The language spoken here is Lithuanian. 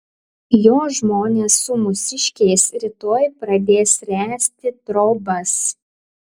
jo žmonės su mūsiškiais rytoj pradės ręsti trobas